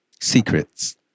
secrets